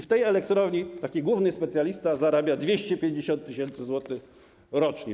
W tej elektrowni taki główny specjalista zarabia 250 tys. zł rocznie.